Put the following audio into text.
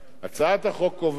הצעת החוק קובעת